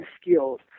skills